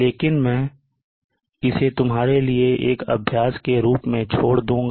लेकिन मैं इसे तुम्हारे लिए एक अभ्यास के रूप में छोड़ दूँगा